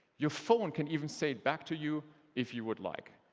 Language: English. your phone can even say it back to you if you would like.